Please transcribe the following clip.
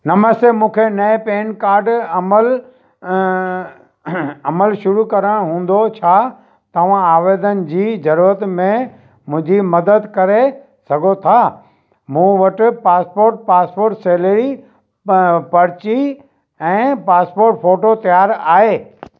नमस्ते मूंखे नए PAN card अमल अमल शुरू करणु हूंदो छा तव्हां आवेदन जी ज़रूरत में मुंहिंजी मदद करे सघो था मूं वटि पासपोर्ट पासपोर्ट सैलेरी प पर्ची ऐं पासपोर्ट फ़ोटो तियारु आहे